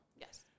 Yes